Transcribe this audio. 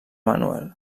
manuel